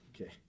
Okay